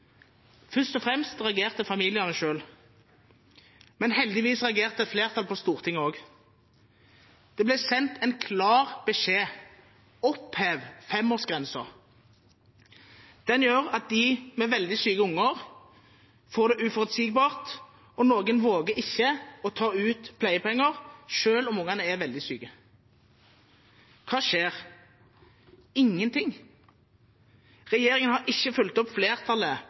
et flertall på Stortinget også. Det ble sendt en klar beskjed: Opphev femårsgrensen. Den gjør at de med veldig syke unger får det uforutsigbart, og noen våger ikke å ta ut pleiepenger selv om ungene er veldig syke. Hva skjer? Ingenting. Regjeringen har ikke fulgt opp flertallet